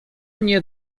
mnie